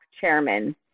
Chairman